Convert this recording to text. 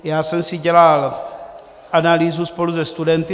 Já jsem si dělal analýzu spolu se studenty.